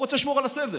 הוא רוצה לשמור על הסדר.